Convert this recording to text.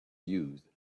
used